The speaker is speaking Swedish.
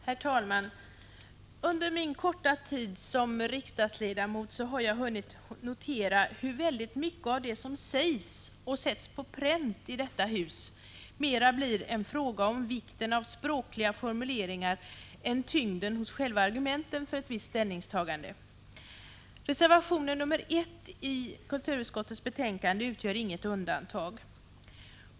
Herr talman! Under min korta tid som riksdagsledamot har jag hunnit notera hur mycket av det som sägs och sätts på pränt i detta hus som blir en fråga mera om vikten av språkliga formuleringar än om tyngden hos själva argumenten för ett visst ställningstagande. Reservation nr 1 i kulturutskottets betänkande 16 utgör inget undantag.